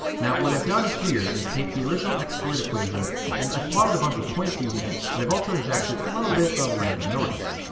now what i've done here is take the original x squared equation and i've plotted a bunch of points using it but i've also injected a little bit of random noise.